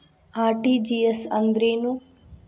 RTGS ಅಂದ್ರೇನು?